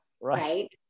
right